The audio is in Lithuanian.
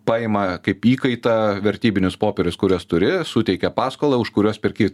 paima kaip įkaitą vertybinius popierius kuriuos turi suteikia paskolą už kuriuos perki